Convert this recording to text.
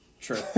True